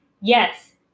Yes